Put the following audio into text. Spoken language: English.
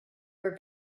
were